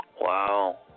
Wow